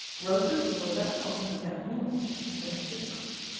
rosa's door thus opened without noise and without difficulty,